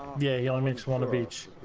the ailments one of each